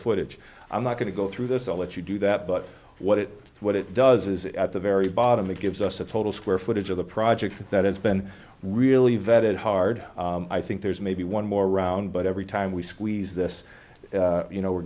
footage i'm not going to go through this i'll let you do that but what it what it does is it at the very bottom it gives us a total square footage of the project that has been really vetted hard i think there's maybe one more around but every time we squeeze this you know we're